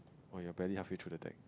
oh you are barely halfway through the text